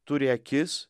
turi akis